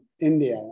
India